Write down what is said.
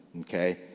Okay